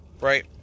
right